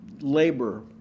Labor